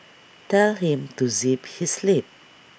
tell him to zip his lip